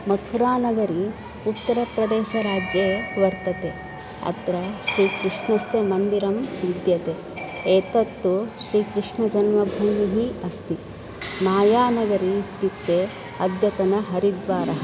मथुरानगरी उत्तरप्रदेशराज्ये वर्तते अत्र श्रीकृष्णस्य मन्दिरं विद्यते एतत्तु श्रीकृष्णजन्मभूमिः अस्ति मायानगरी इत्युक्ते अद्यतन हरिद्वारः